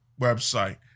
website